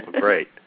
Great